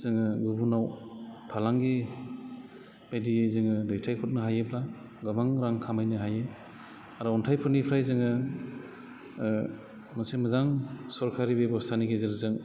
जोङो गुबुनाव फालांगि बायदियै जोङो दैथाय हरनो हायोब्ला गोबां रां खामायनो हायो आरो अनथाइफोरनिफ्राय जोङो मोनसे मोजां सरकारि बेब'स्थानि गेजेरजों